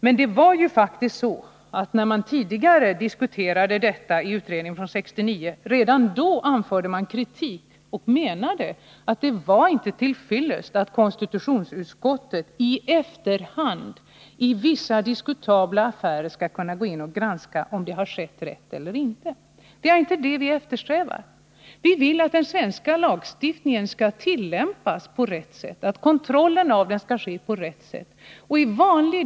Men det var faktiskt så att redan när man diskuterade kontrollen i utredningen år 1969 anförde man kritik och menade att det inte är till fyllest att konstitutionsutskottet i efterhand i vissa diskutabla affärer skall kunna gå in och granska om det har gått rätt till eller inte. Det är inte det vi eftersträvar. Vi vill att den svenska lagstiftningen skall tillämpas på rätt sätt och att kontrollen skall ske på rätt sätt i förväg.